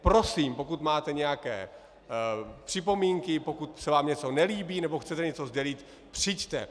Prosím, pokud máte nějaké připomínky, pokud se vám něco nelíbí nebo chcete něco sdělit, přijďte.